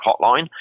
hotline